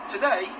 Today